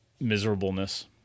miserableness